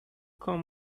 come